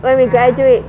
when we graduate